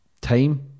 time